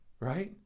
Right